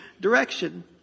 direction